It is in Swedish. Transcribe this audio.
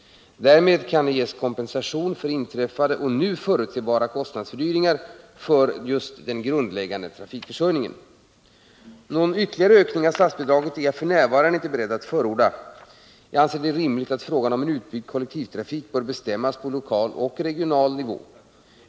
Därmed kan kompensation ges för inträffade och nu förutsebara kostnadsfördyringar för just den grundläggande trafikförsörjningen. Någon ytterligare ökning av statsbidraget är jag f.n. inte beredd att förorda. Jag anser det rimligt att frågan om en utbyggd kollektivtrafik bör bestämmas på lokal och regional nivå.